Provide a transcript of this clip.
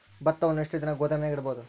ಭತ್ತವನ್ನು ಎಷ್ಟು ದಿನ ಗೋದಾಮಿನಾಗ ಇಡಬಹುದು?